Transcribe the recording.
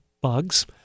bugs